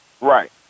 Right